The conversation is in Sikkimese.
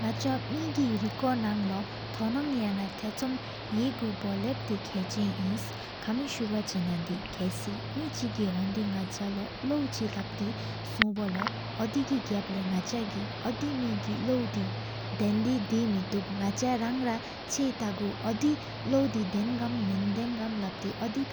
ནག་ཆ མེ་གི རེ་སྐོར་ནང ལོ་ཐོན་ངོང། ཡང ནཱ ཐེངས་འགྲུབ་ཡེ་གོས་པོ་ལབ་ཏེ་དགཽ་ནིན། ཁ་མི་སུ་ཝ་སྲུབ་ན སྡེ་ཁ་སི། མེ་གཅིག སྒིག་ཁོངས་ནག་ཆ་ལོ་ལོ་དང་གཅིག་རང་། ལབ་ཏེ་སྒོང་བཙོ་ལོ་ངོས་ བཝོ་གོ་འདའ་སྒོིག་ནག་ཆ་གི འོ་གིས་མེ་གི་ལོ་འདི་འདི་མད པ་འདི་མིད་པ་འདི་མེ་ཐུག ནག་ཆ་སྒྲངས་ ར་བསྟར་གྲོ་འཕིག་འོ་འདི་ལལ། དེག་ཆུང་གསོ་ནི་འདའ་བཙས་བཏབ་ཕུག་བཟོ། ཡན་དིས་སྒ